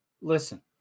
listen